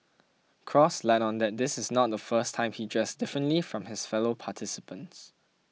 cross let on that this is not the first time he dressed differently from his fellow participants